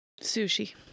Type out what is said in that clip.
Sushi